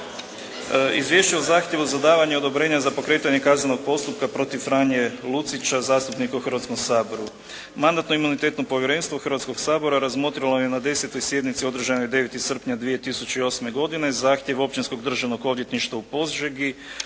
Izvješće o zahtjevu za davanje odobrenja za pokretanje kaznenog postupka protiv Franje Lucića, zastupnika u Hrvatskom saboru. Mandatno-imunitetno povjerenstvo Hrvatskoga sabora razmotrilo je na 10. sjednici održanoj 9. srpnja 2008. zahtjev Općinsko državnog odvjetništva u Požegi